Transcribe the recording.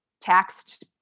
taxed